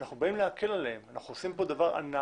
אנחנו באים להקל עליהם, אנחנו עושים כאן דבר ענק,